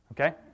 okay